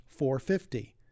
450